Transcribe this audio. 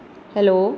hello